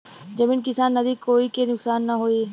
जमीन किसान नदी कोई के नुकसान न होये